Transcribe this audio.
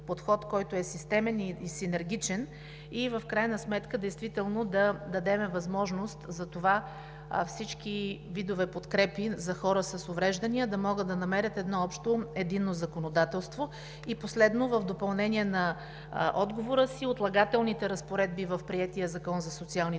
който е системен и синергичен, и в крайна сметка да дадем възможност всички видове подкрепа за хора с увреждания да могат да намерят общо, единно законодателство. И последно, в допълнение на отговора си – отлагателните разпоредби в приетия Закон за социалните